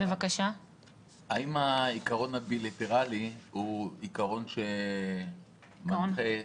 האם העיקרון הבילטרלי הוא עיקרון שמנחה,